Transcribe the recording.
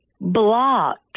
blocked